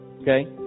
okay